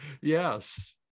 Yes